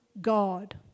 God